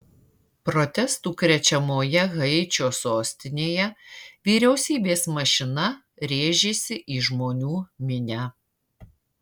protestų krečiamoje haičio sostinėje vyriausybės mašina rėžėsi į žmonių minią